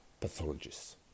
pathologists